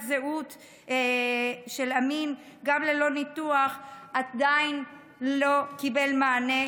הזהות גם ללא ניתוח עדיין לא קיבלה מענה,